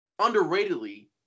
underratedly